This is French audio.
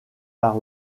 par